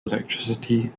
electricity